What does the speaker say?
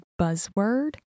buzzword